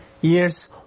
years